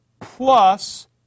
plus